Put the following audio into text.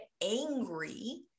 angry